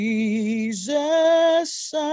Jesus